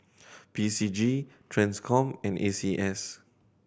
P C G Transcom and A C S